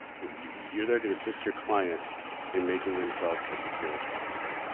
you're there to assist your client in making themselves as secure as possible.